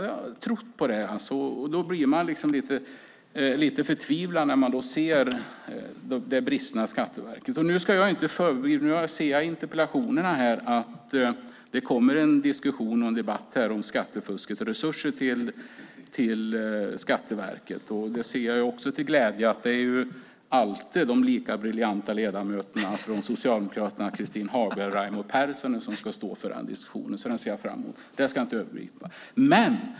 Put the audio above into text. Jag har trott på det, och då blir man lite förtvivlad när man ser bristerna hos Skatteverket. Nu ska jag inte föregripa de diskussioner och debatter som jag ser kommer senare med anledning av interpellationer om skattefusket och resurser till Skatteverket. Jag ser också till min glädje att det är de alltid lika briljanta ledamöterna från Socialdemokraterna Christin Hagberg och Raimo Pärssinen som ska stå för de diskussionerna. Det ser jag fram emot.